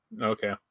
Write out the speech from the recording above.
Okay